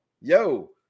Yo